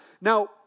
Now